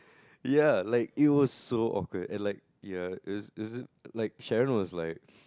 ya like it was so awkward and like ya is is like Sharon was like